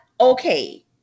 okay